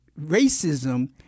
racism